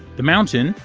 the mountain,